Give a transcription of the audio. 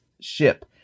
ship